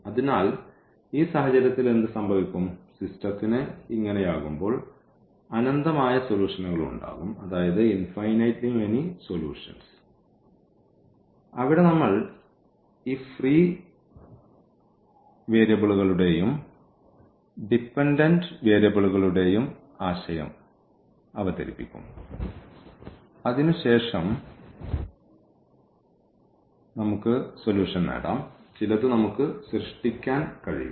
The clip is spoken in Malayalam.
അതിനാൽ ഈ സാഹചര്യത്തിൽ എന്ത് സംഭവിക്കും സിസ്റ്റത്തിന് ഇങ്ങനെയാകുമ്പോൾ അനന്തമായ സൊല്യൂഷനുകൾ ഉണ്ടാകും അവിടെ നമ്മൾ ഈ ഫ്രീ വേരിയബിളുകളുടെയും ഡിപൻഡന്റ് വേരിയബിളുകളുടെയും ആശയം അവതരിപ്പിക്കും അതിനുശേഷം നമുക്ക് സൊല്യൂഷൻ നേടാം ചിലത് നമുക്ക് സൃഷ്ടിക്കാൻ കഴിയും